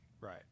Right